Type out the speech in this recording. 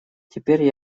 теперь